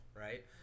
right